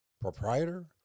proprietor